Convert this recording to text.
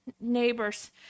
neighbors